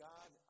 God